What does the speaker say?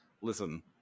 listen